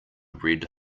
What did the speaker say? red